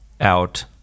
out